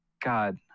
God